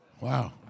Wow